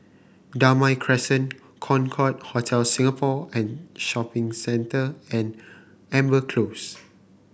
Damai Crescent Concorde Hotel Singapore and Shopping Center and Amber Close